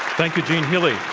thank you, gene healy.